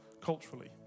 culturally